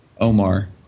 Omar